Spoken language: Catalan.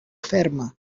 ferma